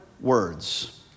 words